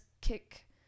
kick